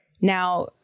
now